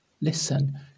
listen